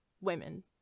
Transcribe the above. women